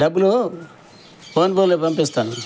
డబ్బులు ఫోన్పేలో పంపిస్తాను